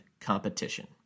competition